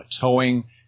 towing